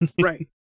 right